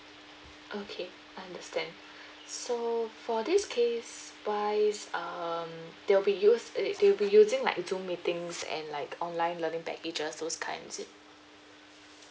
okay I understand so for this case wise um they will be used it they will be using like zoom meetings and like online learning packages those kind is it